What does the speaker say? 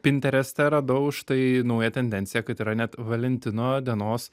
pintereste radau štai naują tendenciją kad yra net valentino dienos